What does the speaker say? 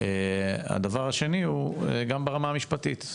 הדבר השני הוא גם ברמה המשפטית,